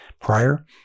prior